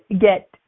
get